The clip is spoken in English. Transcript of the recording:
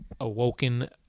awoken